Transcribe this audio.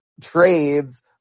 trades